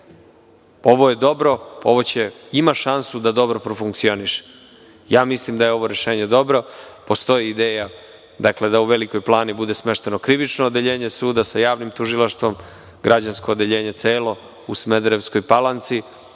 ovo je dobro, ima šansu da dobro profunkcioniše, i ja mislim da je ovo rešenje dobro. Postoji ideja da u Velikoj Plani bude smešteno krivično odeljenje suda sa javnim tužilaštvom, građansko odeljenje celo u Smederevskoj Palanci